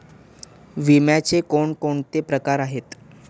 विम्याचे कोणकोणते प्रकार आहेत?